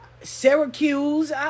Syracuse